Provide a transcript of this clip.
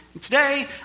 Today